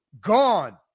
gone